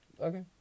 okay